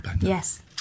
yes